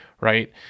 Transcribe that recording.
right